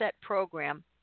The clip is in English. program